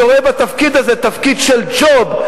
שרואה בתפקיד הזה תפקיד של ג'וב,